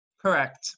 Correct